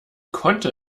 konnte